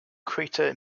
crater